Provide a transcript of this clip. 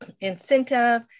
incentive